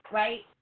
right